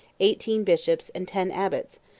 eighteen bishops, and ten abbots,